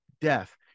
death